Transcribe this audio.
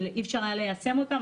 אי אפשר היה ליישם אותן,